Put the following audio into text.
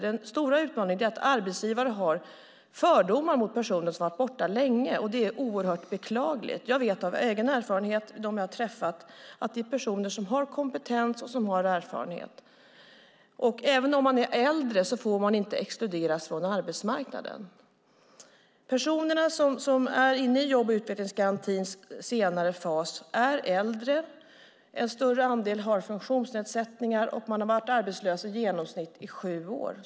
Den stora utmaningen är att arbetsgivare har fördomar mot personer som har varit borta länge. Det är oerhört beklagligt. Jag vet av egen erfarenhet, genom dem jag har träffat, att det är personer som har kompetens och som har erfarenhet. Och även om man är äldre får man inte exkluderas från arbetsmarknaden. Många personer som är inne i jobb och utvecklingsgarantins senare fas är äldre. En större andel har funktionsnedsättningar. Och personerna har varit arbetslösa i genomsnitt i sju år.